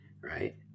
right